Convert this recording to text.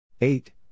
Eight